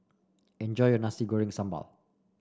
enjoy your Nasi Goreng Sambal